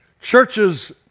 Churches